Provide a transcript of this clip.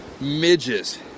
midges